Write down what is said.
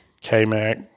K-Mac